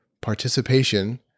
participation